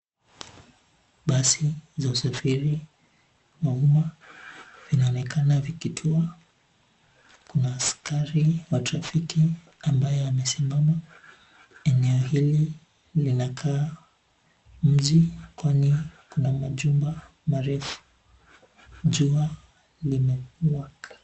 Basi za usafiri wa umma vinaonekana vikitua, kuna askari wa trafiki ambaye amesimama. Eneo hili linakaa mji kwani kuna majumba marefu. Jua limewaka.